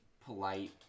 polite